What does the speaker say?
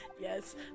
Yes